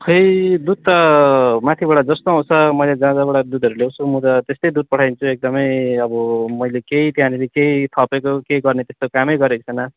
खै दुध त माथिबाट जस्तो आउँछ मैले जहाँ जहाँबाट दुधहरू ल्याउँछु म त त्यस्तै दुध पठाइदिन्छु एकदमै अब मैले केही त्यहाँनिर केही थपेको केही गर्ने त्यस्तो कामै गरेको छैन